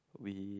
we